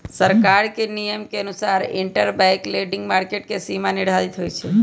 सरकार के नियम के अनुसार इंटरबैंक लैंडिंग मार्केट के सीमा निर्धारित होई छई